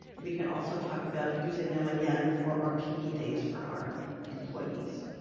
we can also talk about using them again for our pd days for our employees.